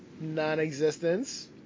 non-existence